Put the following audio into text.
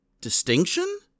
Distinction